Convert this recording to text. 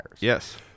Yes